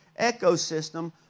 ecosystem